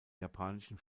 japanischen